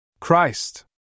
Christ